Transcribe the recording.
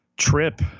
Trip